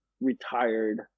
retired